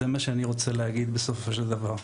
זה מה שאני רוצה להגיד בסופו של דבר,